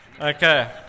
Okay